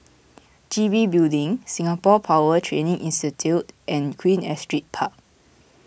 G B Building Singapore Power Training Institute and Queen Astrid Park